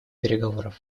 переговоров